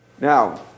Now